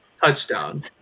touchdown